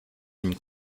une